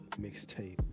mixtape